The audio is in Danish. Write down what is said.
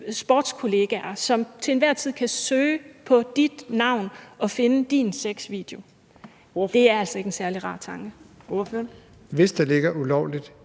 sportskammerater, som til enhver tid kan søge på ens navn og finde ens sexvideo. Det er altså ikke en særlig rar tanke. Kl. 15:13 Fjerde